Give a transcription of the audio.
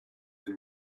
are